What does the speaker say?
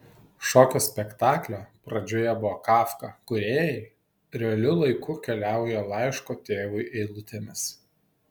šokio spektaklio pradžioje buvo kafka kūrėjai realiu laiku keliauja laiško tėvui eilutėmis